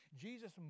Jesus